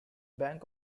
bank